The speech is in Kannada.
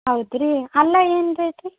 ಹೌದು ರೀ ಅಲ್ಲ ಏನು ರೇಟ್ ರೀ